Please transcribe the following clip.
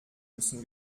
müssen